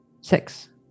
Six